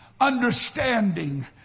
understanding